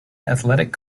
athletic